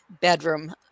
bedroom